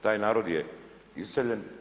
Taj narod je iseljen.